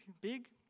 big